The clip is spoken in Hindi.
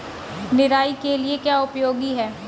निराई के लिए क्या उपयोगी है?